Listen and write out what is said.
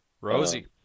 Rosie